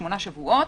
שמונה שבועות.